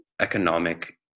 economic